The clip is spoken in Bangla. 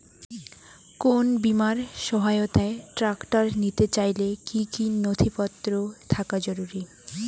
কোন বিমার সহায়তায় ট্রাক্টর নিতে চাইলে কী কী নথিপত্র থাকা জরুরি?